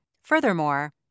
Furthermore